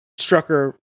Strucker